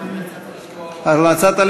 27